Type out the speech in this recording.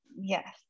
Yes